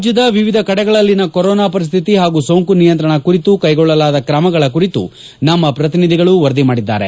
ರಾಜ್ಯದ ವಿವಿಧ ಕಡೆಗಳಲ್ಲಿನ ಕೊರೋನಾ ಪರಿಸ್ಥಿತಿ ಹಾಗೂ ಸೋಂಕು ನಿಯಂತ್ರಣ ಕುರಿತು ಕೈಗೊಳ್ಳಲಾದ ಕ್ರಮಗಳ ಕುರಿತು ನಮ್ಮ ಪ್ರತಿನಿಧಿಗಳು ವರದಿ ಮಾದಿದ್ದಾರೆ